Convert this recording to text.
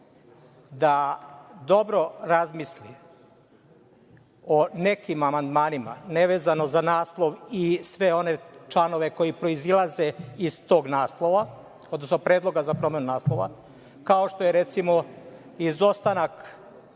da dobro razmisli o nekim amandmanima, nevezano za naslov i sve one članove koji proizilaze iz tog naslova, odnosno predloga za promenu naslova, kao što je npr. stavljanje